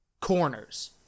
corners